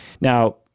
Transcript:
Now